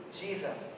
Jesus